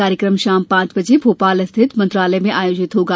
कार्यक्रम शाम पांच बजे भोपाल रिथित मंत्रालय में आयोजित होगा